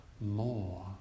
more